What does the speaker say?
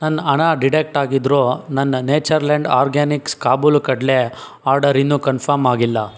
ನನ್ನ ಹಣ ಡಿಡೆಕ್ಟ್ ಆಗಿದ್ದರು ನನ್ನ ನೇಚರ್ ಲ್ಯಾಂಡ್ ಆರ್ಗ್ಯಾನಿಕ್ಸ್ ಕಾಬೂಲು ಕಡಲೆ ಆಡರ್ ಇನ್ನೂ ಕನ್ಫಮ್ ಆಗಿಲ್ಲ